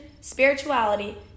spirituality